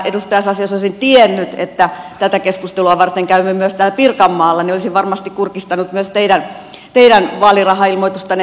edustaja sasi jos olisin tiennyt että tätä keskustelua varten käymme myös täällä pirkanmaalla niin olisin varmasti kurkistanut myös teidän vaalirahailmoitustanne